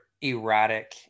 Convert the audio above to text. erratic